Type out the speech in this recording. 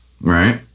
right